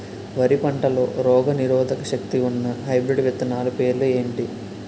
వరి పంటలో రోగనిరోదక శక్తి ఉన్న హైబ్రిడ్ విత్తనాలు పేర్లు ఏంటి?